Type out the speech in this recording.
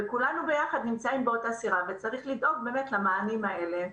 כולנו ביחד נמצאים באותה סירה וצריך לדאוג למענים האלה.